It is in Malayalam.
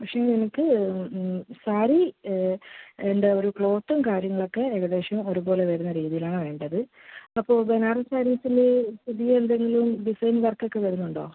പക്ഷേ എനിക്ക് സാരി എന്താ ഒരു ക്ലോത്തും കാര്യങ്ങളൊക്കെ ഏകദേശം ഒരുപോലെ വരുന്ന രീതീലാണ് വേണ്ടത് അപ്പോൾ ബനാറസ് സാരീസിൽ പുതിയ എന്തെങ്കിലും ഡിസൈൻ വർക്കൊക്കെ വരുന്നുണ്ടോ